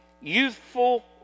youthful